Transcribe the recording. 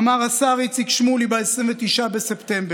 אמר השר איציק שמולי ב-29 בספטמבר.